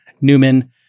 Newman